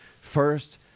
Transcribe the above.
first